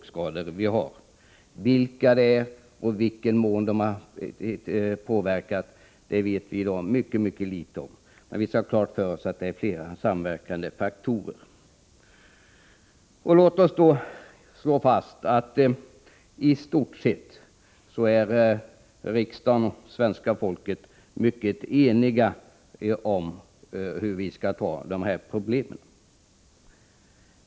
Vilka dessa samverkande faktorer är och i vilken mån de har inverkat vet vi i dag dock mycket litet om. Det råder i stort sett enighet i riksdagen och inom svenska folket om hur vi skall se på dessa problem.